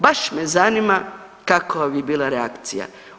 Baš me zanima kakova bi bila reakcija.